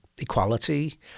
equality